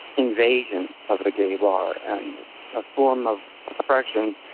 invasion of a gay bar and a form of opression.